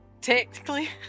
Technically